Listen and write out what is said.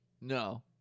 No